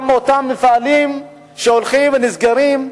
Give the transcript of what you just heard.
גם מאותם מפעלים שהולכים ונסגרים,